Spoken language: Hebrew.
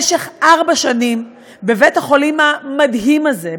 במשך ארבע שנים בבית-החולים המדהים הזה,